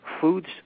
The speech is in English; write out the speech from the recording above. Food's